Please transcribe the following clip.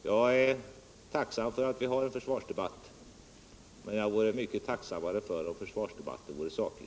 Jag är tacksam för att vi har en försvarsdebatt, men jag vore mycket tacksammare om försvarsdebatten vore saklig.